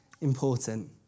important